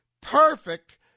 perfect